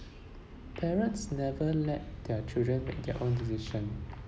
parents never let their children make their own decision